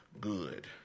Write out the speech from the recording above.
good